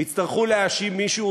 ויצטרכו להאשים מישהו,